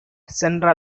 சென்ற